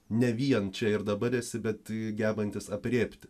ne vien čia ir dabar esi bet gebantis aprėpti